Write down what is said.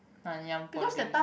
Nanyang Poly